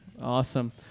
Awesome